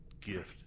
gift